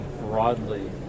broadly